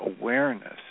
awareness